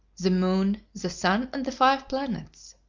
the moon, the sun, and the five planets.